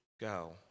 go